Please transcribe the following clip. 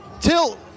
Till